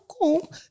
cool